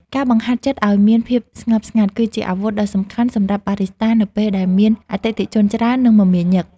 ការបង្ហាត់ចិត្តឱ្យមានភាពស្ងប់ស្ងាត់ គឺជាអាវុធដ៏សំខាន់សម្រាប់បារីស្តានៅពេលដែលមានអតិថិជនច្រើន និងមមាញឹក។